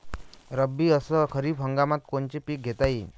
रब्बी अस खरीप हंगामात कोनचे पिकं घेता येईन?